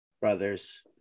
brothers